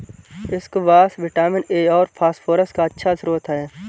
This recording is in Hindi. स्क्वाश विटामिन ए और फस्फोरस का अच्छा श्रोत है